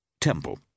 Temple